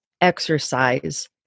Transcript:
exercise